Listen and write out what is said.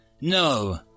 No